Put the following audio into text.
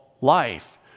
life